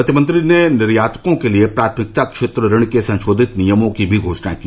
वित्तमंत्री ने निर्यातको के लिये प्राथमिकता क्षेत्र ऋण के संशोधित नियमों की भी घोषणा की